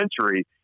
century